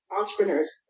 entrepreneurs